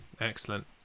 Excellent